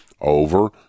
over